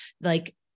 like-